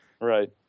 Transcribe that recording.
Right